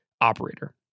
operator